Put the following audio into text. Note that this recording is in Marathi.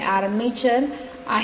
आर्मिचर आहे